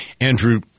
Andrew